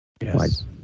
Yes